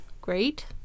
Great